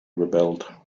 rebelled